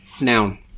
Noun